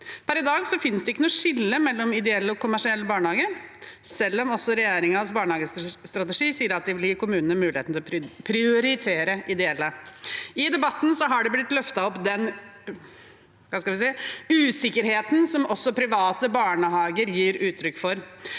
Per i dag finnes det ikke noe skille mellom ideelle og kommersielle barnehager, selv om regjeringens barnehagestrategi sier at de vil gi kommunene muligheten til å prioritere ideelle. Debatten har løftet opp den usikkerheten som private barnehager gir uttrykk for.